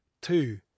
Two